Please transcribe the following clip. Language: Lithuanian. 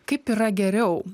kaip yra geriau